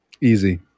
Easy